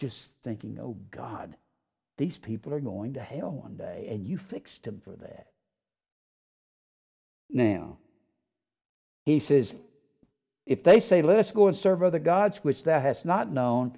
just thinking oh god these people are going to hell one day and you fix to for their now he says if they say let's go serve other gods which that has not known